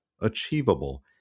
achievable